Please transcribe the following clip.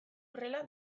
horrela